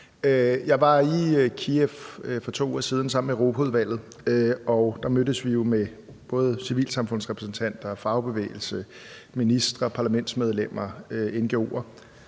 Jeg var i Kyiv for 2 uger siden sammen med Europaudvalget, og der mødtes vi jo med både civilsamfundsrepræsentanter, fagbevægelse, ministre, parlamentsmedlemmer, ngo'er,